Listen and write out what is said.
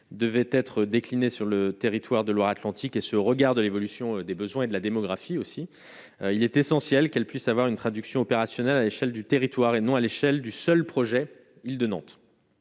devait être décliné sur le territoire de Loire-Atlantique et ce regard de l'évolution des besoins de la démographie aussi, il est essentiel qu'elles puissent avoir une traduction opérationnelle à échelle du territoire et non à l'échelle du seul projet Île de Nantes,